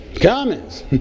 Comments